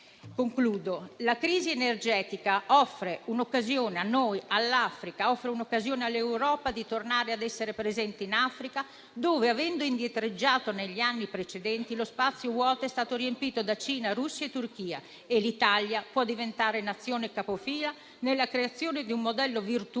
Concludo. La crisi energetica offre un'occasione all'Europa di tornare a essere presente in Africa, dove, avendo indietreggiato negli anni precedenti, lo spazio vuoto è stato riempito da Cina, Russia e Turchia. L'Italia può diventare Nazione capofila nella creazione di un modello virtuoso